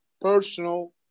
personal